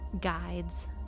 guides